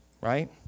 Right